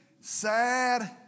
sad